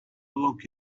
look